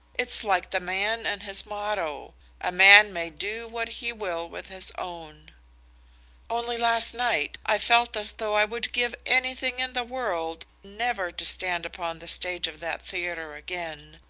it's like the man and his motto a man may do what he will with his own only last night i felt as though i would give anything in the world never to stand upon the stage of that theatre again.